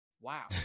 Wow